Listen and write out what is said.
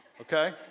Okay